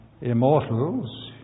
immortals